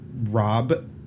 Rob